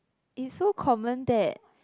is so common that